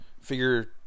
Figure